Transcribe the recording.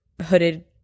hooded